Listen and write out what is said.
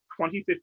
2015